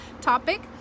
topic